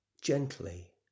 Gently